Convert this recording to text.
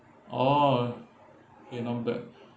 oh okay not bad